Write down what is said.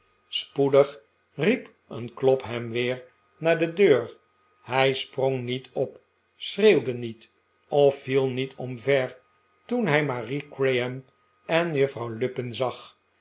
spoedig riep een klop hem weer naar de deur hij sprong niet op schreeuwde niet of viel niet omver toen hij marie graham en juffrouw lupin zag